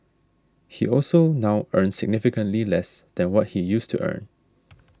he also now earns significantly less than what he used to earn